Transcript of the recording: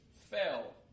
fell